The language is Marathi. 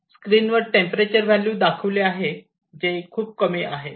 स्क्रीनवर टेंपरेचर व्हॅल्यू दाखवले आहे जे खूप कमी आहे